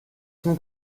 zum